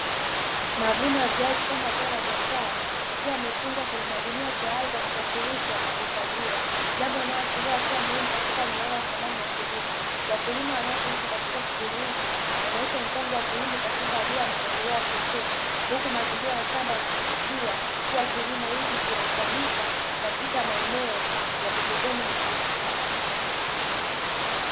Mavuno ya viazi kama zao la biashara yakiwa yamefungwa kwenye magunia tayari kwa kusafirishwa na kuhifadhiwa, jambo linaloashiria hatua muhimu katika mnyororo ya thamani ya kilimo. Wakulima wanaoshiriki katika shughuli hizi wanaonyesha mchango wa kilimo katika ajira na maendeleo ya kiuchumi, huku mazingira ya shamba yakidhibitiwa kuwa kilimo hiki kinafanyika katika maeneo ya pembezoni mwa miji.